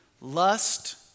Lust